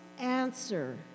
answer